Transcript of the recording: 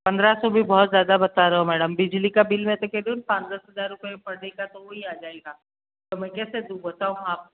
पंद्रह सौ भी बहुत ज़्यादा बता रहे हो मैडम बिजली का बिल मैं तो कह रही हूँ पाँच दस हज़ार रुपये पर डे का तो वही आ जाएगा तो मै कैसे दूँ बताओ आप